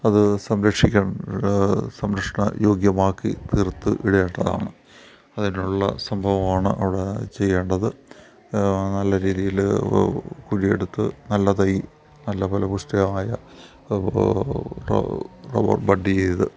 അത് സംരക്ഷിക്കാൻ സംരക്ഷണ യോഗ്യമാക്കി തീർത്ത് ഇടേണ്ടതാണ് അതിനുള്ള സംഭവമാണ് അവിടെ ചെയ്യേണ്ടത് നല്ല രീതിയിൽ കുഴിയെടുത്ത് നല്ല തൈ നല്ല ഫലപൂയിഷ്ടമായ റ റബ്ബർ ബഡ് ചെയ്ത്